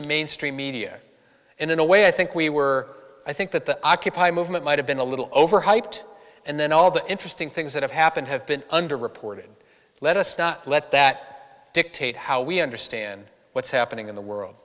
the mainstream media in a way i think we were i think that the occupy movement might have been a little overhyped and then all the interesting things that have happened have been underreported let us not let that dictate how we understand what's happening in the world